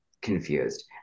confused